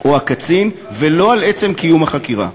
או הקצין ולא על עצם קיום החקירה.